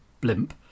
blimp